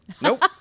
Nope